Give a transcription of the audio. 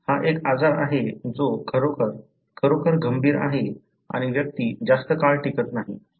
हा एक आजार आहे जो खरोखर खरोखर गंभीर आहे आणि व्यक्ती जास्त काळ टिकत नाही